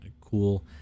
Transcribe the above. cool